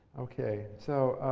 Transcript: ok. so,